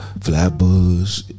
Flatbush